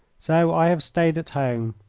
so i have stayed at home.